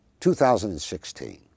2016